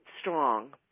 strong